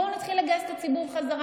בואו נתחיל לגייס את הציבור בחזרה,